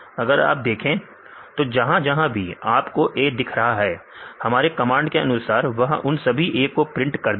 यहां अगर हम देखें तो जहां जहां भी आपको A दिख रहा है हमारे कमांड के अनुसार वह उन सभी A को प्रिंट कर देगा